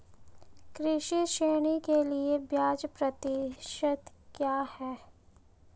कृषि ऋण के लिए ब्याज प्रतिशत क्या है?